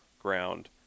ground